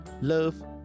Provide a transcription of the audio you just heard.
love